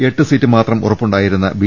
എട്ട് സീറ്റ് മാത്രം ഉറപ്പുണ്ടായിരുന്ന ബി